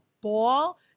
ball